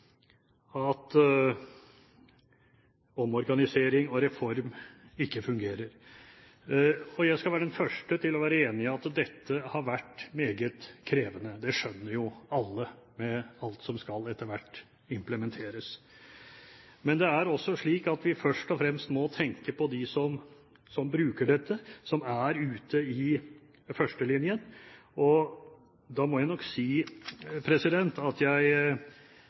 at omorganisering og reform ikke fungerer. Jeg skal være den første til å være enig i at dette har vært meget krevende. Det skjønner jo alle, med alt som etter hvert skal implementeres. Men det er også slik at vi først og fremst må tenke på dem som bruker dette, som er ute i førstelinjen. Da må jeg nok si at jeg